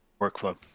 workflow